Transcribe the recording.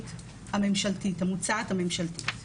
התוכנית המוצעת הממשלתית.